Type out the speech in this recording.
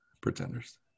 pretenders